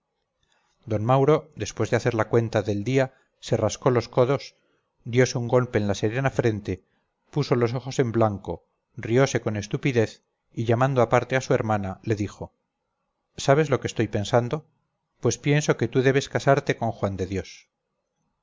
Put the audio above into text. d mauro después de hacer la cuenta del día se rascó los codos diose un golpe en la serena frente puso los ojos en blanco riose con estupidez y llamando aparte a su hermana le dijo sabes lo que estoy pensando pues pienso que tú debes casarte con juan de dios